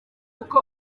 uko